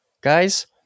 guys